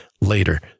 later